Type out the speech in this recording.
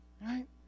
Right